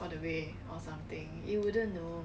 you let know lor